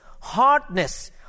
hardness